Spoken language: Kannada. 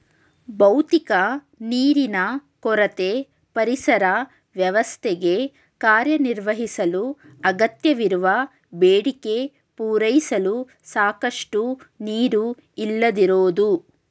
ಭೌತಿಕ ನೀರಿನ ಕೊರತೆ ಪರಿಸರ ವ್ಯವಸ್ಥೆಗೆ ಕಾರ್ಯನಿರ್ವಹಿಸಲು ಅಗತ್ಯವಿರುವ ಬೇಡಿಕೆ ಪೂರೈಸಲು ಸಾಕಷ್ಟು ನೀರು ಇಲ್ಲದಿರೋದು